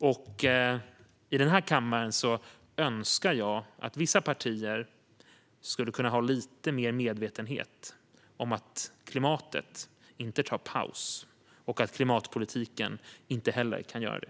Jag skulle önska att vissa partier i den här kammaren hade lite mer medvetenhet om att klimatet inte tar paus och att klimatpolitiken inte heller kan göra det.